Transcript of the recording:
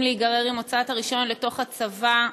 להיגרר עם הוצאת הרישיון לתוך הצבא,